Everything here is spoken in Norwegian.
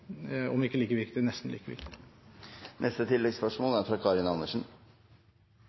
om ikke like viktig – nesten like viktig. Karin Andersen